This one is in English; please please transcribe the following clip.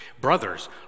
Brothers